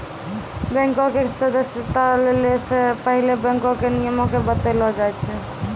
बैंको के सदस्यता लै से पहिले बैंको के नियमो के बतैलो जाय छै